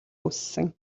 үүссэн